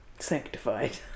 sanctified